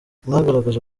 mwagaragaje